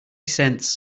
cents